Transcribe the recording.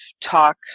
talk